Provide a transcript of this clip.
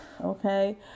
Okay